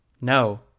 No